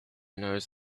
knows